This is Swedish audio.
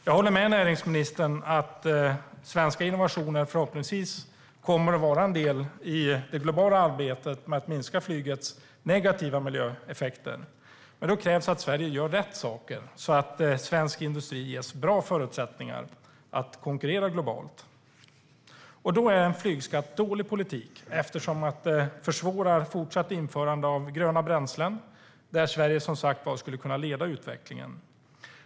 Jag håller med näringsministern om att svenska innovationer förhoppningsvis kommer att vara en del i det globala arbetet med att minska flygets negativa miljöeffekter. Men då krävs att Sverige gör rätt saker, så att svensk industri ges bra förutsättningar att konkurrera globalt. En flygskatt är dålig politik, eftersom en sådan försvårar fortsatt införande av gröna bränslen, där Sverige som sagt skulle kunna leda utvecklingen.